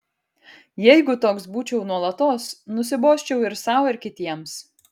jeigu toks būčiau nuolatos nusibosčiau ir sau ir kitiems